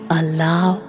allow